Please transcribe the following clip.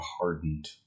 hardened